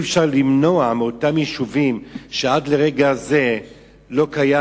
אי-אפשר למנוע מיישובים שעד לרגע זה לא קיים